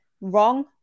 wrong